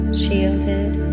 shielded